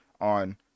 on